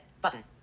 button